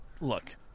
Look